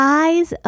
eyes